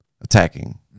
attacking